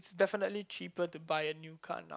it's definitely cheaper to buy a new car now